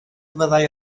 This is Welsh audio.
fyddai